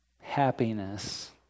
happiness